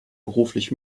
beruflich